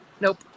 Nope